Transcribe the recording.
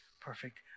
perfect